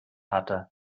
hatte